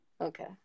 Okay